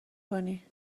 کنی